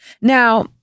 Now